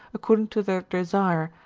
according to their desire,